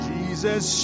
Jesus